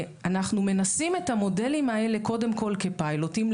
אנחנו מנסים את המודלים האלה קודם כול כפיילוטים.